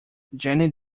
jenny